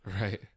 Right